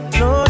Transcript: no